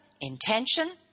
intention